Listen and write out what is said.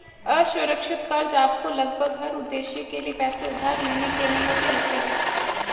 असुरक्षित कर्ज़ आपको लगभग हर उद्देश्य के लिए पैसे उधार लेने की अनुमति देते हैं